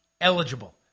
eligible